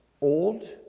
Old